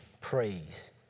praise